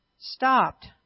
Stopped